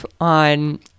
on